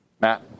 Matt